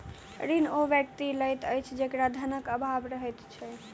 ऋण ओ व्यक्ति लैत अछि जकरा धनक आभाव रहैत छै